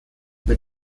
mit